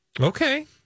Okay